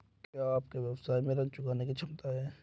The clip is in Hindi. क्या आपके व्यवसाय में ऋण चुकाने की क्षमता है?